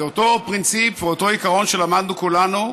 זה אותו פרינציפ ואותו עיקרון שלמדנו כולנו,